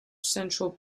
central